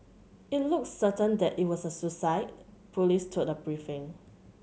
it looks certain that it was a suicide police told a briefing